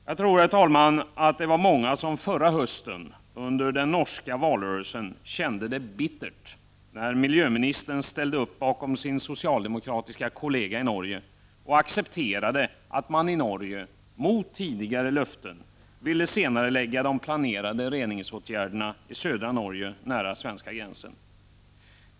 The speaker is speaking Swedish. Jag tror, herr talman, att det var många som förra hösten under den norska valrörelsen kände bitterhet när vår miljöminister ställde upp bakom sin socialdemokratiska kollega i Norge och accepterade att man i Norge, tvärtemot tidigare löften, ville senarelägga de planerade reningsåtgärderna i södra Norge nära svenska gränsen.